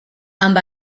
amb